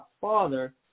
father